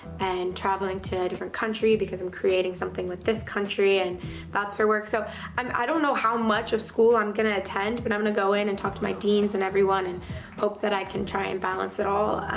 and traveling to a different country because i'm creating something with this country. and that's for work. so i don't know how much of school i'm gonna attend but i'm gonna go in and talk to my deans and everyone, and hope that i can try and balance it all.